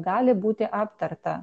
gali būti aptarta